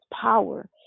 power